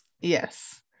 Yes